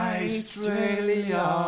Australia